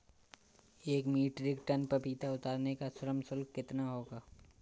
एक metric tonne पपीता उतारने का श्रम शुल्क कितना होगा?